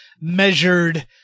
measured